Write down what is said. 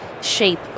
shape